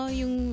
yung